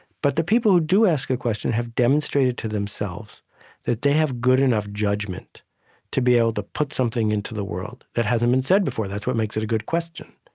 but the people who do ask a question have demonstrated to themselves that they have good enough judgment to be able to put something into the world that hasn't been said before. that's what makes it a good question.